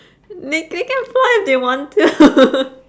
they they can fly if they want to